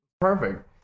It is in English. Perfect